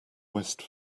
west